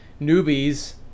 newbies –